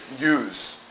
use